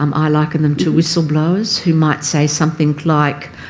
um i liken them to whistle-blowers who might say something like,